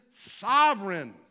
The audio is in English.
sovereign